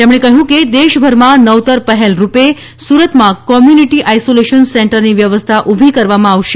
તેમણે કહ્યું દેશભરમાં નવતર પહેલરૂપે સુરતમાં કોમ્યુનિટી આઈસોલેશન સેન્ટરની વ્યવસ્થા ઊભી કરવામાં આવશે